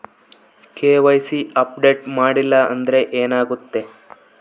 KYC update ಮಾಡಿಲ್ಲ ಅಂದ್ರೆ ಏನಾಗುತ್ತೆ?